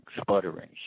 sputtering